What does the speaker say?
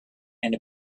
and